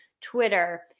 Twitter